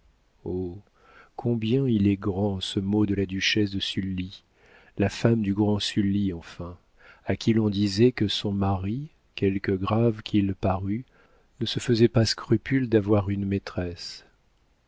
oh combien il est grand ce mot de la duchesse de sully la femme du grand sully enfin à qui l'on disait que son mari quelque grave qu'il parût ne se faisait pas scrupule d'avoir une maîtresse